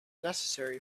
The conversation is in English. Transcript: necessary